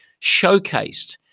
showcased